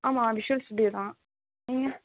ஆமாம் Visual Studio தான் நீங்கள்